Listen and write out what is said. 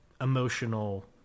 emotional